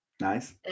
Nice